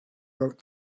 wrote